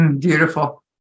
Beautiful